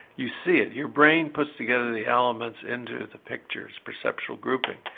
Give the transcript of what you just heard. you see it, your brain puts together the elements into the picture's perceptual grouping.